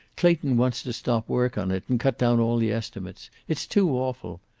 clayton wants to stop work on it, and cut down all the estimates. it's too awful.